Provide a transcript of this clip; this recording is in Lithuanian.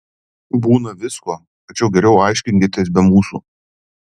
būna visko tačiau geriau aiškinkitės be mūsų